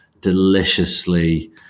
deliciously